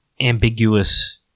ambiguous